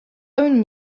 own